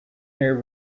near